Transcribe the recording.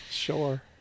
Sure